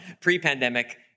pre-pandemic